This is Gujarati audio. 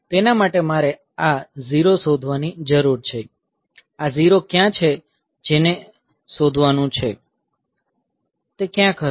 તેના માટે મારે આ 0 શોધવા ની જરૂર છે આ 0 ક્યાં છે જેને શોધવાનું છે તે ક્યાંક હશે